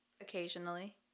occasionally